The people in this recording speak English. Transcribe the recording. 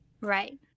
Right